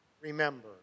remember